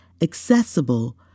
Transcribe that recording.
accessible